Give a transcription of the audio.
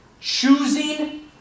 Choosing